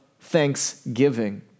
thanksgiving